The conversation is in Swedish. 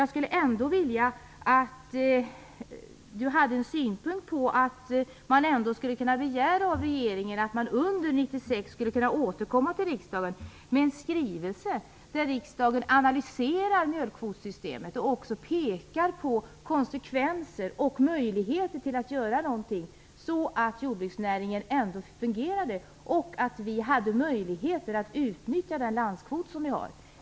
Jag skulle ändå vilja att Leif Marklund sade att man kunde begära av regeringen att under 1996 återkomma till riksdagen med en skrivelse genom vilken riksdagen får tillfälle att analysera mjölkkvotssystemet och att peka på konsekvenser och möjligheter att göra något för att få jordbruksnäringen att fungera, så att vi kan utnyttja vår landskvot.